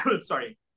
Sorry